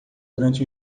durante